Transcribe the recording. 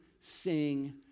sing